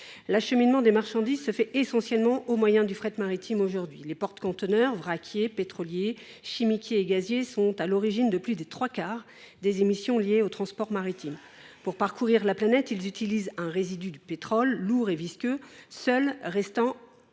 L’acheminement des marchandises se fait essentiellement au moyen du fret maritime. Les porte conteneurs, vraquiers, pétroliers, chimiquiers et gaziers sont à l’origine de plus des trois quarts des émissions liées au transport maritime. Pour parcourir la planète, ils utilisent un résidu du pétrole lourd et visqueux, le seul